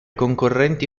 concorrenti